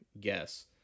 guess